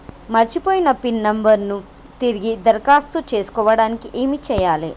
మర్చిపోయిన pin number ను తిరిగి దరఖాస్తు చేసుకోవడానికి ఏమి చేయాలే?